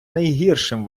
найгіршим